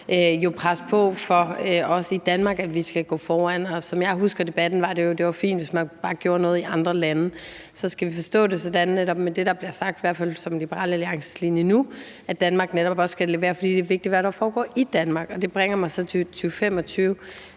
presse på for, også i Danmark, at vi skal gå foran, og som jeg husker debatten, var det jo sådan, at det var fint, hvis man bare gjorde noget i andre lande. Så skal vi forstå det sådan – netop med det, der bliver sagt – at det i hvert fald er Liberal Alliances linje nu, at Danmark netop også skal levere, fordi det er vigtigt, hvad der foregår i Danmark? Og det bringer mig så frem til 2025